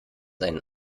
einen